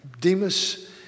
Demas